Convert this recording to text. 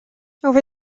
over